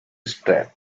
strap